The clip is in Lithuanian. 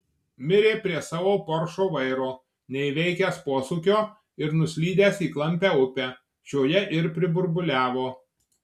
mirė prie savo poršo vairo neįveikęs posūkio ir nuslydęs į klampią upę šioje ir priburbuliavo